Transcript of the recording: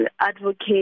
advocate